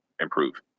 improve